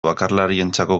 bakarlarientzako